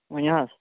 ؤنِو حظ